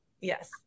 yes